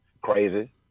Crazy